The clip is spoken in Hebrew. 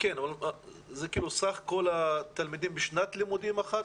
זה סך כל התלמידים בשנת לימודים אחת?